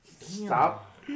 Stop